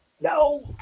no